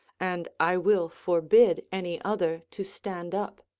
and i will forbid any other to stand up.